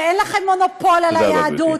ואין לכם מונופול על היהדות,